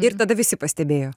ir tada visi pastebėjo